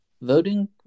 voting